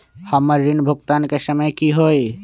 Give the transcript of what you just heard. हमर ऋण भुगतान के समय कि होई?